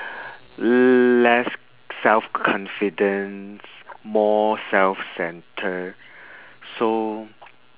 less self confidence more self centered so